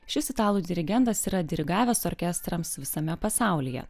šis italų dirigentas yra dirigavęs orkestrams visame pasaulyje